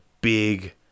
big